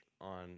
on